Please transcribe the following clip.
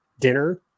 dinner